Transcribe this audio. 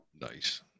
Nice